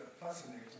fascinating